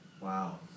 Wow